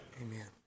Amen